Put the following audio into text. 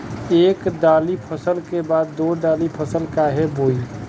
एक दाली फसल के बाद दो डाली फसल काहे बोई?